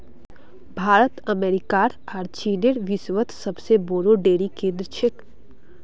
भारत अमेरिकार आर चीनेर विश्वत सबसे बोरो डेरी केंद्र छेक